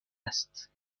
است